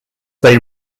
they